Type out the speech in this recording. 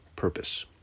purpose